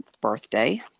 birthday